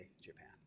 Japan